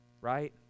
Right